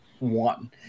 one